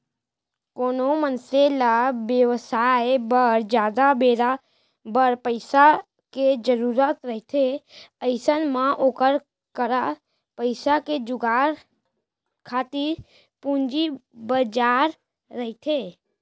कोनो मनसे ल बेवसाय बर जादा बेरा बर पइसा के जरुरत रहिथे अइसन म ओखर करा पइसा के जुगाड़ खातिर पूंजी बजार रहिथे